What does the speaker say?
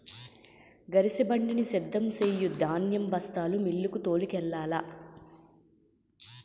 గరిసెబండిని సిద్ధం సెయ్యు ధాన్యం బస్తాలు మిల్లుకు తోలుకెల్లాల